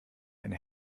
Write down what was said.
eine